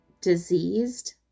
diseased